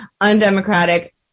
Undemocratic